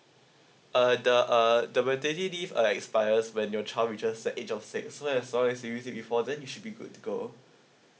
uh the uh the maternity leave are expires when your child reaches the age of six so as long as you use it before then you should be good to go